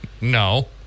No